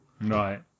Right